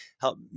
help